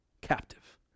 captive